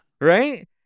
Right